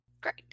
Great